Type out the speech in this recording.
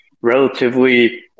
relatively